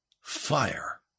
fire